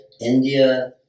India